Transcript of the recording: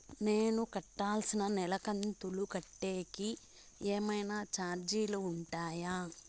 నేను కట్టాల్సిన నెల కంతులు కట్టేకి ఏమన్నా చార్జీలు ఉంటాయా?